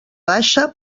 baixa